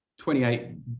28